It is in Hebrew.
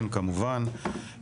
כן, כמובן.